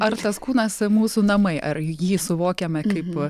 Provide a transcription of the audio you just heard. ar tas kūnas mūsų namai ar jį suvokiame kaip